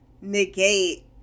negate